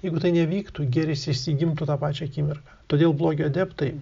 jeigu tai nevyktų gėris išsigimtų tą pačią akimirką todėl blogio adeptai